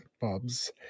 Bob's